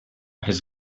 his